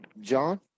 John